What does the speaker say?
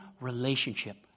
relationship